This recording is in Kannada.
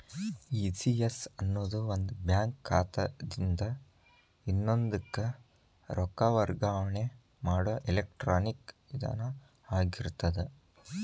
ಇ.ಸಿ.ಎಸ್ ಅನ್ನೊದು ಒಂದ ಬ್ಯಾಂಕ್ ಖಾತಾದಿನ್ದ ಇನ್ನೊಂದಕ್ಕ ರೊಕ್ಕ ವರ್ಗಾವಣೆ ಮಾಡೊ ಎಲೆಕ್ಟ್ರಾನಿಕ್ ವಿಧಾನ ಆಗಿರ್ತದ